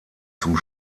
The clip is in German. zum